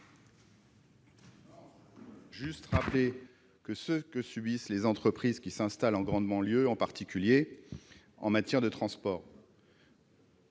juste rappeler ce que subissent les entreprises qui s'installent en grande banlieue, en particulier en matière de transport.